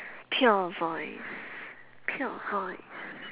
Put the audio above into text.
pure voice pure voice